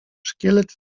szkielet